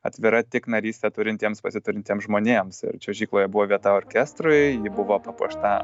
atvira tik narystę turintiems pasiturintiems žmonėms ir čiuožykloje buvo vieta orkestrui ji buvo papuošta